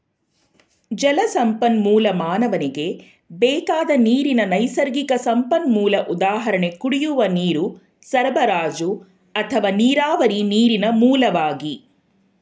ಜಲಸಂಪನ್ಮೂಲ ಮಾನವನಿಗೆ ಬೇಕಾದ ನೀರಿನ ನೈಸರ್ಗಿಕ ಸಂಪನ್ಮೂಲ ಉದಾಹರಣೆ ಕುಡಿಯುವ ನೀರು ಸರಬರಾಜು ಅಥವಾ ನೀರಾವರಿ ನೀರಿನ ಮೂಲವಾಗಿ